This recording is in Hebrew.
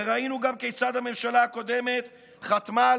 וראינו גם כיצד הממשלה הקודמת חתמה על